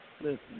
Listen